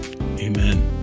Amen